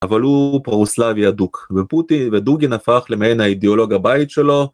אבל הוא פרוסלבי הדוק ודוגין הפך למעין האידיאולוג הבית שלו.